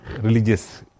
religious